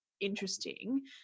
interesting